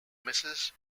mrs